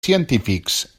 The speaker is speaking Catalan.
científics